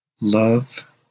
Love